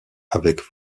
avec